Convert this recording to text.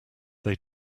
they